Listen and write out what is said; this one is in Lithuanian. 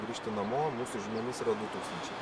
grįžti namo mūsų žiniomis yra du tūkstančiai